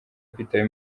kwitaba